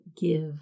give